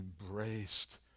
embraced